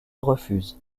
refuse